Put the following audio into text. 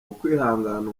ukwihangana